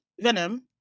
Venom